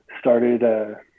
Started